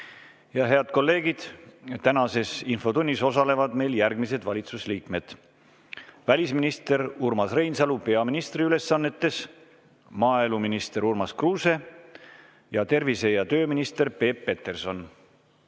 84.Head kolleegid! Tänases infotunnis osalevad meil järgmised valitsuse liikmed: välisminister Urmas Reinsalu peaministri ülesannetes, maaeluminister Urmas Kruuse ning tervise- ja tööminister Peep Peterson.